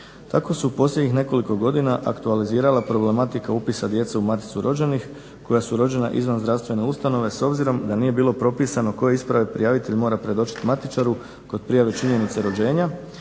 Tako se u posljednjih nekoliko godina aktualizirala problematika upisa djece u maticu rođenih koja su rođena izvan zdravstvene ustanove s obzirom da nije bilo propisano koje isprave prijavitelj mora predočiti matičaru kod prijave činjenice rođenja